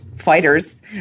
fighters